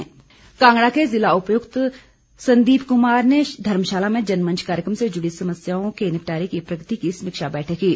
जनमंच कांगड़ा के ज़िला उपायुक्त संदीप कुमार ने धर्मशाला में जनमंच कार्यकम से जुड़ी जनसमस्याओं के निपटारे की प्रगति समीक्षा की बैठक बुलाई